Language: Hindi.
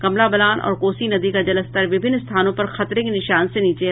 कमला बलान और कोसी नदी का जलस्तर विभिन्न स्थानों पर खतरे के निशान से नीचे है